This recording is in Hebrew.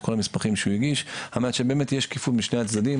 את כל המסמכים שהוא הגיש על מנת שבאמת יהיה שקיפות בשני הצדדים,